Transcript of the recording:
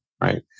right